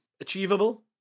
Achievable